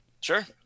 Sure